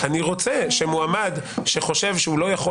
אני רוצה שמועמד שחושב שהוא לא יכול